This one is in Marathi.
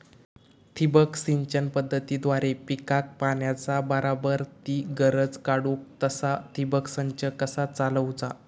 ठिबक सिंचन पद्धतीद्वारे पिकाक पाण्याचा बराबर ती गरज काडूक तसा ठिबक संच कसा चालवुचा?